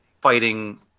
fighting